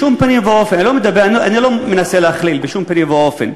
אני לא מנסה להכליל בשום פנים ואופן,